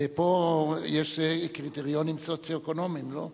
ופה יש קריטריונים סוציו-אקונומיים, לא?